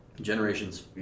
generations